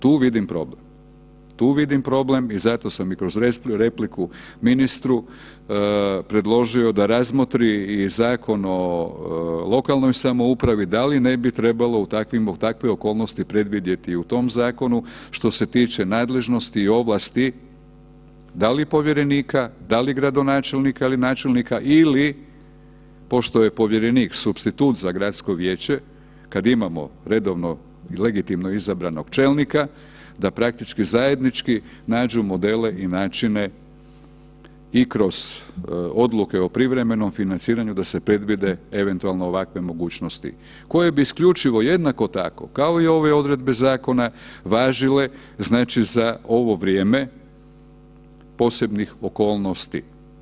Tu vidim problem, tu vidim problem i zato sam i kroz repliku ministru predložio da razmotri i Zakon o lokalnoj samoupravi, da li ne bi trebalo u takve okolnosti predvidjeti i u tom zakonu, što se tiče nadležnosti i ovlasti, da li povjerenika, da li gradonačelnika ili načelnika ili, pošto je povjerenik supstitut za gradsko vijeće, kad imamo redovno i legitimno izabranog čelnika, da praktički zajednički nađu modele i načine i kroz odluke o privremenom financiranju da se predvide eventualno ovakve mogućnosti koje bi isključivo jednako tako, kao i ove odredbe zakona važile, znači za ovo vrijeme posebnih okolnosti.